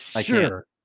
sure